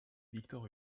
victor